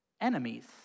enemies